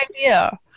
idea